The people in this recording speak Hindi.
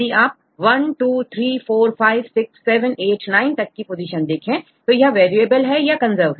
यदि आप1234567 89तक की पोजीशन देखें तो यह वेरिएबल है या कंजर्व